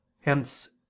Hence